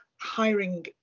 Hiring